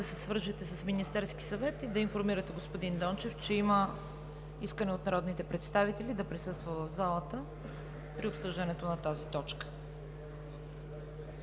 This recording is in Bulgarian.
да се свържете с Министерския съвет и да информирате господин Дончев, че има искане от народните представители да присъства в залата при обсъждането на тази точка.